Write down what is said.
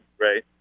right